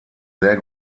sehr